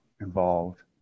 involved